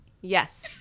Yes